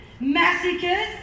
massacres